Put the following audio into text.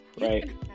right